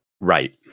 Right